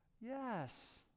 Yes